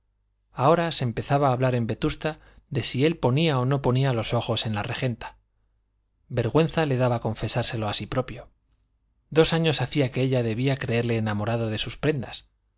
ahora se empezaba a hablar en vetusta de si él ponía o no ponía los ojos en la regenta vergüenza le daba confesárselo a sí propio dos años hacía que ella debía creerle enamorado de sus prendas